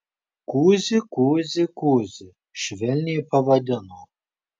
kuzi kuzi kuzi švelniai pavadino